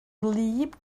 wlyb